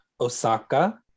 Osaka